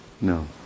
No